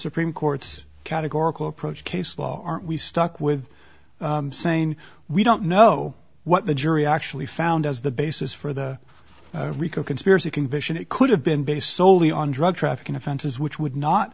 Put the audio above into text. supreme court's categorical approach case law aren't we stuck with saying we don't know what the jury actually found as the basis for the rico conspiracy conviction it could have been based soley on drug trafficking offenses which would not